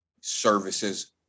services